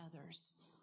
others